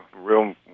real